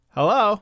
Hello